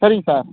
சரிங் சார்